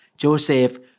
Joseph